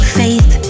faith